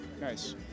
Nice